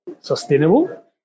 sustainable